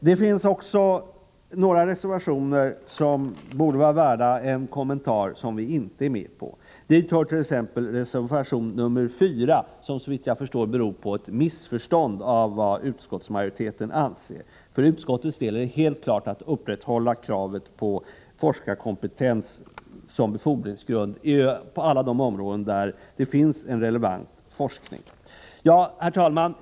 Det finns också några reservationer som vi inte är med på men som är värda en kommentar. Dit hört.ex. reservation 4, som såvitt jag förstår beror på en missuppfattning av vad utskottsmajoriteten har anfört. För utskottsmajoriteten är det helt klart att man skall upprätthålla kravet på forskarkompetens som befordringsgrund på alla de områden där det finns en relevant forskning. Herr talman!